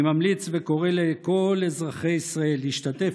אני ממליץ וקורא לכל אזרחי ישראל להשתתף